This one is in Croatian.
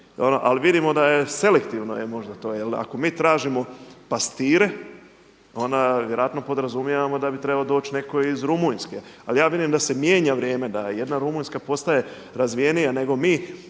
ali vidimo da selektivno je možda to. Ako mi tražimo pastire onda vjerojatno podrazumijevamo da bi trebao doći netko iz Rumunjske. Ali ja vidim da se mijenja vrijeme, da jedna Rumunjska postaje razvijenija nego mi.